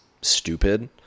stupid